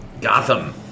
Gotham